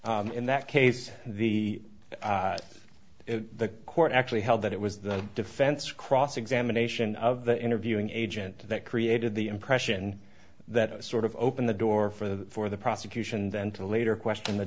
gomez in that case the the court actually held that it was the defense cross examination of the interviewing agent that created the impression that sort of opened the door for the for the prosecution then to later question the